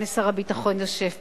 הנה שר הביטחון יושב פה.